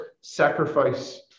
sacrifice